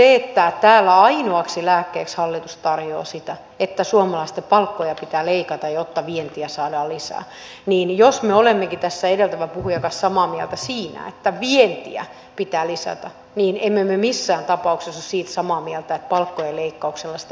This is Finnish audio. kun täällä ainoaksi lääkkeeksi hallitus tarjoaa sitä että suomalaisten palkkoja pitää leikata jotta vientiä saadaan lisää niin jos me olemmekin tässä edeltävän puhujan kanssa samaa mieltä siinä että vientiä pitää lisätä niin emme me missään tapauksessa ole siitä samaa mieltä että palkkojen leikkauksella sitä vientiä tulee